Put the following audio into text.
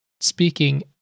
speaking